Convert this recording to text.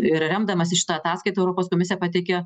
ir remdamasi šita ataskaita europos komisija pateikė